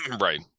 Right